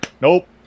nope